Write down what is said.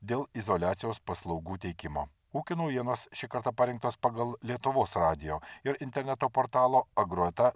dėl izoliacijos paslaugų teikimo ūkio naujienos šį kartą parinktos pagal lietuvos radijo ir interneto portalo agro eta